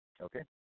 Okay